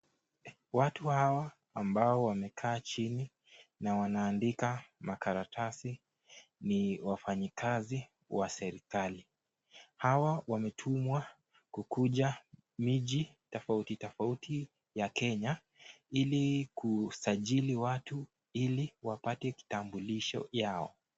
Watu hawa ambao wamekaa chini na wanaandika makaratasi ni wafanyikazi wa serekali. Hawa wametumwa kuja miji tofauti tofauti ya Kenya, ili kusajili watu ili wapate kitambulisho yao.